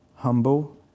humble